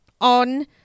on